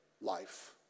life